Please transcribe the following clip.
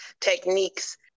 techniques